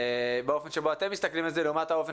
באופן שבו אתם מסתכלים על זה לעומת האופן